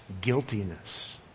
guiltiness